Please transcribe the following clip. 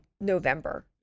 November